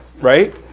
right